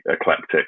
eclectic